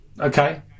Okay